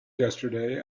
yesterday